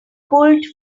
pulled